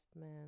man